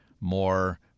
more